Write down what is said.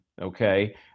okay